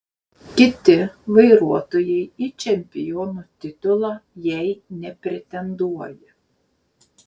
kiti vairuotojai į čempionų titulą jei nepretenduoja